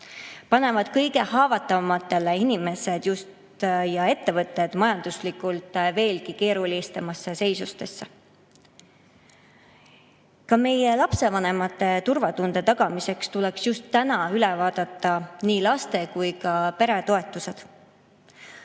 panevad kõige haavatavamad inimesed ja ettevõtted majanduslikult veelgi keerulisemasse seisu. Ka meie lapsevanemate turvatunde tagamiseks tuleks just täna üle vaadata nii laste‑ kui ka peretoetused.